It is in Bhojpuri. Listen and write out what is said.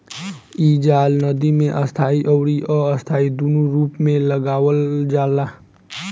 इ जाल नदी में स्थाई अउरी अस्थाई दूनो रूप में लगावल जाला